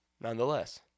nonetheless